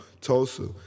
Tulsa